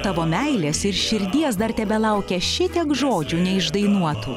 tavo meilės ir širdies dar tebelaukia šitiek žodžių neišdainuotų